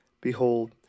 Behold